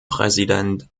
präsident